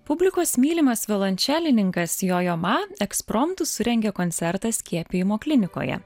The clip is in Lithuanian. publikos mylimas violončelininkas jojo man ekspromtu surengė koncertą skiepijimo klinikoje